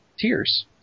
tears